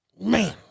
man